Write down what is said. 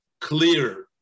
clear